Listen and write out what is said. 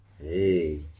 hey